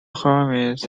hermits